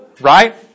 right